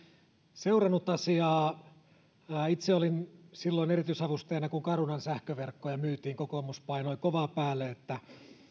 seurannut asiaa itse olin silloin erityisavustajana kun carunan sähköverkkoja myytiin kokoomus painoi kovaa päälle että